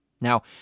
now